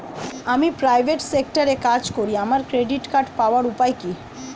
আমি প্রাইভেট সেক্টরে কাজ করি আমার ক্রেডিট কার্ড পাওয়ার উপায় কি?